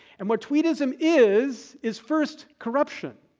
and what tweedism is, is first corruption.